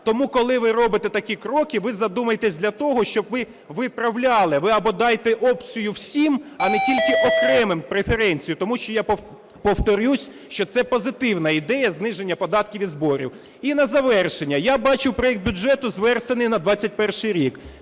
Тому, коли ви робите такі кроки, ви задумайтесь для того, щоб ви виправляли. Ви або дайте опцію всім, а не тільки окремим преференцію, тому що я повторюсь, що це позитивна ідея – зниження податків і зборів. І на завершення. Я бачу проект бюджету зверстаний на 21-й рік,